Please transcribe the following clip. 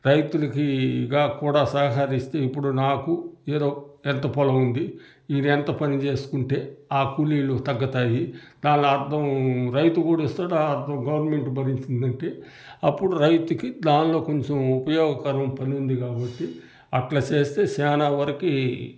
రైతులకి గా కూడా సహకరిస్తూ ఇప్పుడు నాకు ఏదో ఎంత పొలం ఉంది నేనెంత పనిచేసుకుంటే ఆ కూలీలు తగ్గుతాయి దానిలో అర్ధం రైతు కూడా ఇస్తాడు అర్ధం గవర్నమెంట్ భరిస్తుందంటే అప్పుడు రైతుకి దానిలో కొంచెం ఉపయోగకరం పనుంది కాబట్టి అట్ల చేస్తే చాలా వరకి